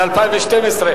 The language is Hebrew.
מטה הסברה לאומי,